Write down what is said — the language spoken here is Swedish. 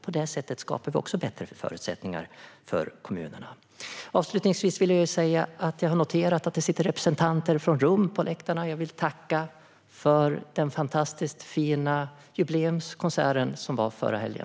På det sättet skapar vi också bättre förutsättningar för kommunerna. Avslutningsvis vill jag säga att jag har noterat att det sitter representanter från RUM, Riksförbundet Unga Musikanter, på läktaren. Och jag vill tacka för den fantastiskt fina jubileumskonserten förra helgen.